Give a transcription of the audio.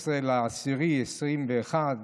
12 באוקטובר 2021,